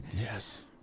Yes